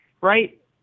right